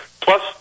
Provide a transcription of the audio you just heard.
plus